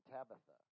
Tabitha